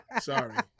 Sorry